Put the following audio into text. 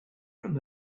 from